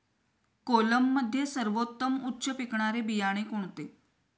कोलममध्ये सर्वोत्तम उच्च पिकणारे बियाणे कोणते?